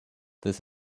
this